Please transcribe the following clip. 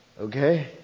Okay